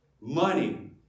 money